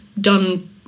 done